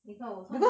你看我穿